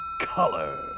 color